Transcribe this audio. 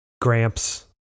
Gramps